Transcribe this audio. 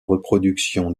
reproduction